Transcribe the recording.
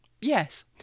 Yes